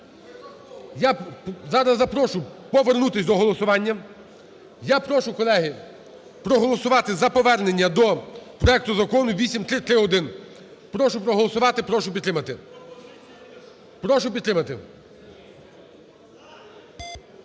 Я зараз запрошу повернутися до голосування. Я прошу, колеги, проголосувати за повернення до проекту Закону 8331. Прошу проголосувати. Прошу підтримати. Прошу підтримати.